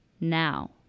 now